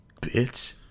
bitch